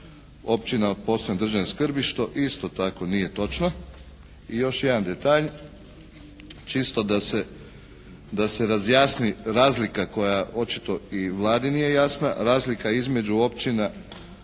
općina od posebne državne skrbi što isto tako nije točno. I još jedan detalj čisto da se razjasni razlika koja očito i Vladi nije jasna. Razlika između općina